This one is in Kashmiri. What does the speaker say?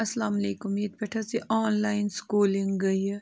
اَسلامُ علیکُم ییٚتہِ پٮ۪ٹھ حظ یہِ آنلایِن سکوٗلِنٛگ گٔیہِ